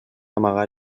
amagar